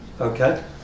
okay